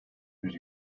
bir